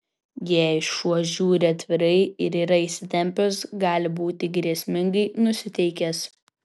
jei šuo žiūri atvirai ir yra įsitempęs gali būti grėsmingai nusiteikęs